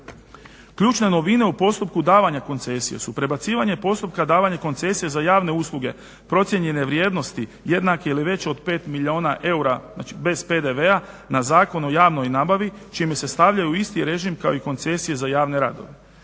Ključna novina u postupku davanja koncesija su prebacivanje postupka davanja koncesije za javne usluge procijenjene vrijednosti jednak ili veći od pet milijuna eura, znači bez PDV-a na Zakon o javnoj nabavi čime se stavljaju u isti režim kao i koncesije za javne radove.